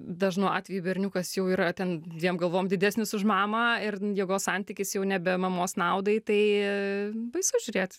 dažnu atveju berniukas jau yra ten dviem galvom didesnis už mamą ir jėgos santykis jau nebe mamos naudai tai baisu žiūrėt